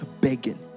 Begging